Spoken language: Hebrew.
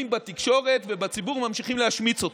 בתקשורת ובציבור ממשיכים להשמיץ אותו.